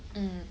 mm